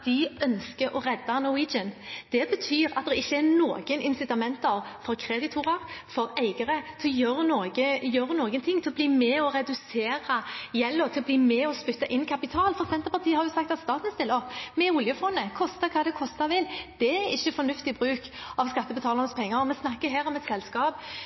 de ønsker å redde Norwegian. Det betyr at det ikke er noen incitamenter for kreditorer, for eiere, til å gjøre noe for å bli med på å redusere gjelden, til å bli med og spytte inn kapital, for Senterpartiet har jo sagt at staten stiller opp med oljefondet, koste hva det koste vil. Det er ikke fornuftig bruk av skattebetalernes penger. Vi snakker her om et selskap